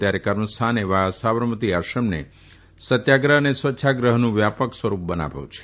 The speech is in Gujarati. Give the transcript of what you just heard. ત્યારે કર્મસ્થાન એવા સાબરમતી આશ્રમને સત્યાગ્રહ અને સ્વચ્છાગ્રહનું વ્યાપક સ્વરૂપ બનાવ્યું છે